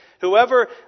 Whoever